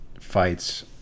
fights